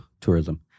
tourism